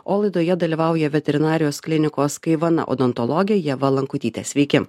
o laidoje dalyvauja veterinarijos klinikos kaivana odontologė ieva lankutytė sveiki